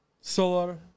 solar